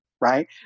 right